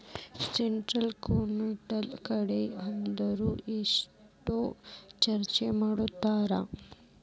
Credit counsellor ಕಡೆ ಹೊದ್ರ ಯೆಷ್ಟ್ ಚಾರ್ಜ್ ಮಾಡ್ತಾರ?